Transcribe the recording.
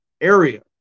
area